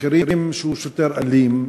יודעים שהוא שוטר אלים,